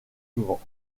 souvent